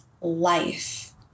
life